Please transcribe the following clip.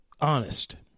honest